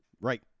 right